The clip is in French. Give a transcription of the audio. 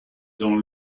dans